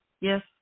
Yes